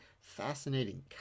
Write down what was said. fascinating